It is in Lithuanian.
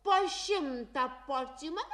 po šimtą porcijų manau mums